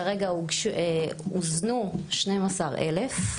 כרגע הוזנו 12 אלף,